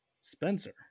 Spencer